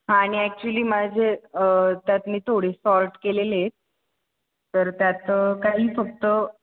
हां आणि ॲक्च्युअली माझे त्यात मी थोडे सॉर्ट केलेले आहेत तर त्यात काही फक्त